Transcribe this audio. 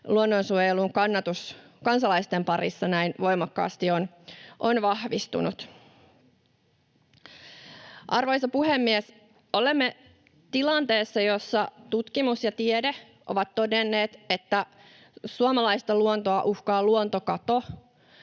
luonnonsuojelun kannatus kansalaisten parissa näin voimakkaasti on vahvistunut. Arvoisa puhemies! Olemme tilanteessa, jossa tutkimus ja tiede ovat todenneet, että suomalaista luontoa uhkaa luontokato.